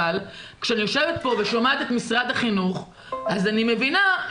אבל כשאני יושבת פה ושומעת את משרד החינוך אז אני מבינה,